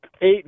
eight